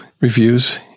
reviews